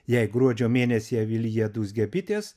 jei gruodžio mėnesį avilyje dūzgia bitės